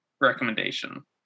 recommendation